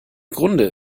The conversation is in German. grunde